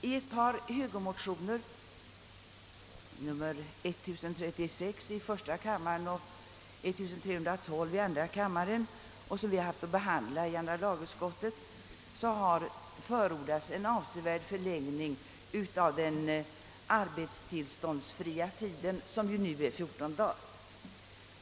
I ett par högermotioner som vi haft att behandla i andra lagutskottet, nr 1: 1036 och II: 1312, har det förordats en avsevärd förlängning av den arbetstillståndsfria tiden som ju nu är 14 dagar.